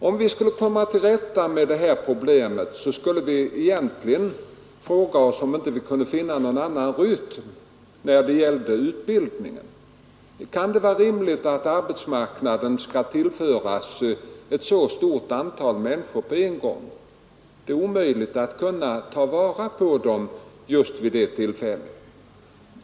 För att komma till rätta med problemet borde vi fråga oss om vi inte kunde finna en annan rytm i utbildningen. Kan det vara rimligt att arbetsmarknaden skall tillföras ett så stort antal människor på en gång, att det är omöjligt att ta vara på dem just vid det tillfället?